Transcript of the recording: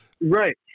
Right